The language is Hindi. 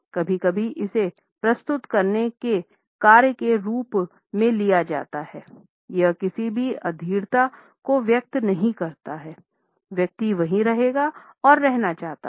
कभी कभी इसे प्रस्तुत करने के कार्य के रूप में लिया जाता है यह किसी भी अधीरता को व्यक्त नहीं करता है व्यक्ति वहीं रहेगा और रहना चाहता है